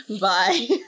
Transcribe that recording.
Bye